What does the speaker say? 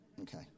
Okay